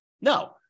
No